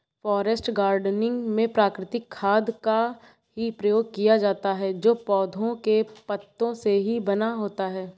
forest gardening में प्राकृतिक खाद का ही प्रयोग किया जाता है जो पौधों के पत्तों से ही बना होता है